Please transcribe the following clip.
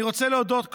אני רוצה להודות,